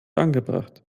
angebracht